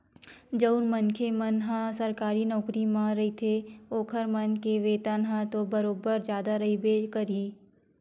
जउन मनखे मन ह सरकारी नौकरी म रहिथे ओखर मन के वेतन ह तो बरोबर जादा रहिबे करही